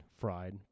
fried